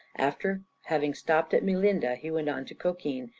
after having stopped at melinda he went on to cochin,